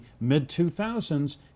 mid-2000s